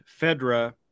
Fedra